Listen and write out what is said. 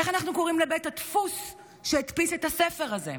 איך אנחנו קוראים לבית הדפוס שהדפיס את הספר הזה?